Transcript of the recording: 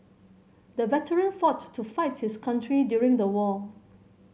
the veteran fought to fight his country during the war